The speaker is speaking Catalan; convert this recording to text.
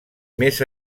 més